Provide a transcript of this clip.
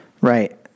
Right